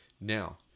Now